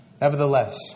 Nevertheless